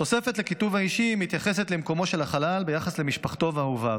התוספת לכיתוב האישי מתייחסת למקומו של החלל ביחס למשפחתו ואהוביו.